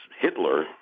Hitler